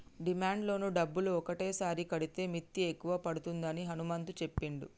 demand loan డబ్బులు ఒకటేసారి కడితే మిత్తి ఎక్కువ పడుతుందని హనుమంతు చెప్పిండు